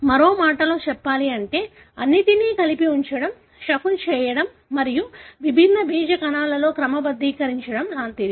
మరో మాటలో చెప్పాలంటే అన్నింటినీ కలిపి ఉంచడం షఫుల్ చేయడం మరియు విభిన్న బీజ కణాలలో క్రమబద్ధీకరించడం లాంటిది